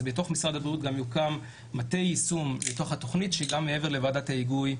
אז בתוך משרד הבריאות יוקם מטה יישום לתוכנית שהוא מעבר לוועדת ההיגוי,